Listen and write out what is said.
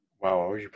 Wow